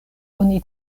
oni